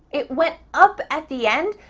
it went up at the end,